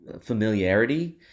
familiarity